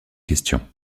question